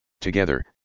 Together